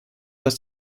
dass